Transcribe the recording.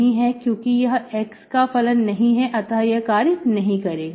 क्योंकि यह x का फलन नहीं है अतः यह कार्य नहीं करेगा